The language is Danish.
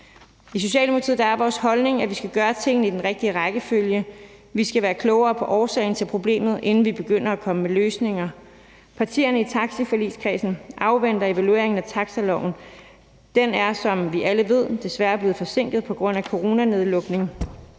I socialdemokratiet er vores holdning, at vi skal gøre tingene i den rigtige rækkefølge. Vi skal være klogere på årsagen til problemet, inden vi begynder at komme med løsninger. Partierne i taxiforligskredsen afventer evalueringen af taxiloven. Den er, som vi alle ved, desværre blevet forsinket på grund af coronanedlukning,